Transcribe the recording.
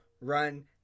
run